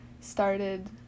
started